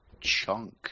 chunk